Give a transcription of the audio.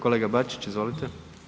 Kolega Bačić, izvolite.